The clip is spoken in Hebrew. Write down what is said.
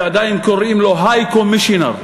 ועדיין קוראים לו High Commissioner,